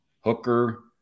Hooker